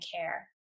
care